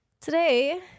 Today